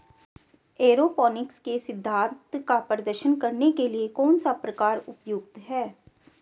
Aeroponics के सिद्धांत का प्रदर्शन करने के लिए कौन सा प्रकार उपयुक्त है?